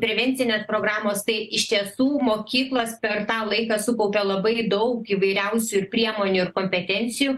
prevencinės programos tai iš tiesų mokyklos per tą laiką sukaupė labai daug įvairiausių ir priemonių ir kompetencijų